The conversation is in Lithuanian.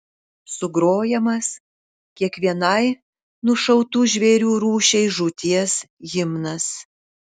sugrojamas kiekvienai nušautų žvėrių rūšiai žūties himnas